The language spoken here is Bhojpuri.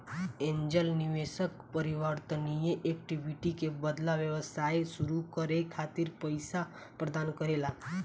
एंजेल निवेशक परिवर्तनीय इक्विटी के बदला व्यवसाय सुरू करे खातिर पईसा प्रदान करेला